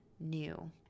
New